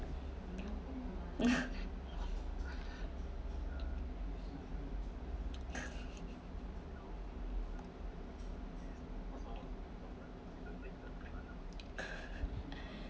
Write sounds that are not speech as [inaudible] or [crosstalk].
[laughs]